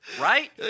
right